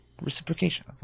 reciprocation